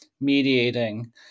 mediating